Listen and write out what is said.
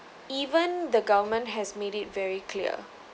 even the government has made it very clear